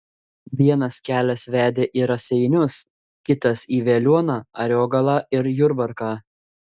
vienas kelias vedė į raseinius kitas į veliuoną ariogalą ir jurbarką